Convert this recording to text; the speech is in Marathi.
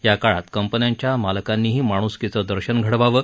या काळात कंपन्यांच्या मालकांनीही माण्सकीचं दर्शन घडवावं